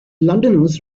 londoners